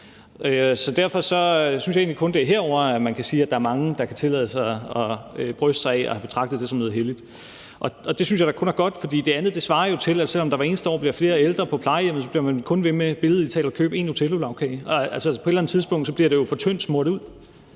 Derfor synes jeg egentlig kun, det er i den anden side af salen, at der er mange, der kan tillade sig at bryste sig af at have betragtet det som noget helligt. Og det synes jeg da kun er godt, for det andet svarer jo til, at selv om der hvert eneste år bliver flere ældre på plejehjemmet, bliver man ved med, billedligt talt, kun at købe én othellolagkage. På et eller andet tidspunkt bliver den altså for tyndt skåret ud,